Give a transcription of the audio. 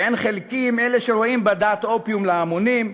ואין חלקי עם אלה שרואים בדת אופיום להמונים,